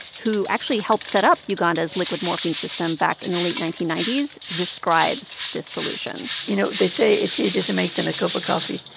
who actually helped set up uganda's liquid morphine system back in the late nineteen ninety s, describes this solution you know, they say it's easier to make than a cup of coffee.